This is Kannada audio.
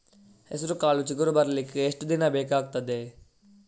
ಹೆಸರುಕಾಳು ಚಿಗುರು ಬರ್ಲಿಕ್ಕೆ ಎಷ್ಟು ದಿನ ಬೇಕಗ್ತಾದೆ?